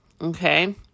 Okay